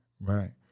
Right